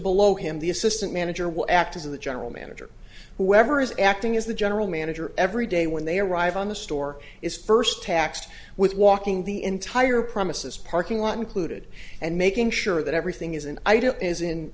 below him the assistant manager will act as of the general manager whoever is acting as the general manager every day when they arrive on the store is first taxed with walking the entire premises parking lot included and making sure that everything is an idea is in